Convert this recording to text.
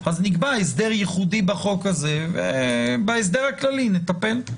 אז נקבע הסדר ייחודי בחוק הזה ובהסדר הכללי נטפל.